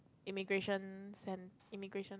immigration centre~ immigration